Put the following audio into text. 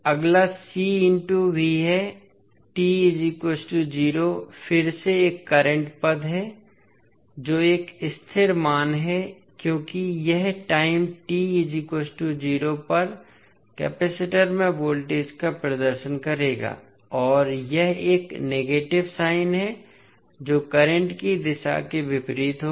अगला C into V है t 0 फिर से एक करंट पद है जो एक स्थिर मान है क्योंकि यह टाइम t 0 पर कपैसिटर में वोल्टेज का प्रदर्शन करेगा और यह एक नेगेटिव साइन है जो करंट की दिशा के विपरीत होगा